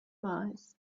mars